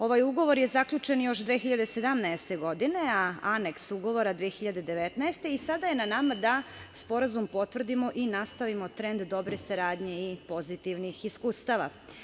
Ovaj ugovor je zaključen još 2017. godine, a aneks ugovora 2019. godine i sada je na nama da sporazum potvrdimo i nastavimo trend dobre saradnje i pozitivnih iskustava.